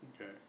okay